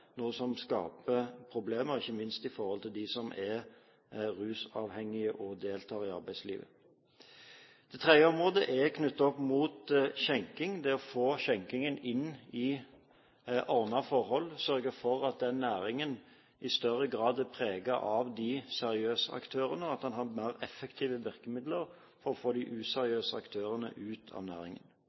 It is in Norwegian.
noe som skaper problemer, ikke minst for dem som er rusmiddelavhengige, og som deltar i arbeidslivet. Det tredje området er knyttet opp mot skjenking, det å få skjenkingen inn i ordnede former, sørge for at denne næringen i større grad er preget av seriøse aktører, og at en har mer effektive virkemidler for å få de useriøse aktørene ut av næringen.